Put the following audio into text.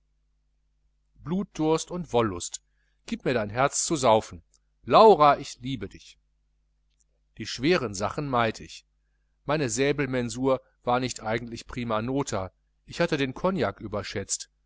blutdurst und wollust gieb mir dein herz zu saufen laura ich liebe dich die schweren sachen meid ich meine säbelmensur war nicht eigentlich prima nota ich hatte den cognac überschätzt